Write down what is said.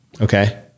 Okay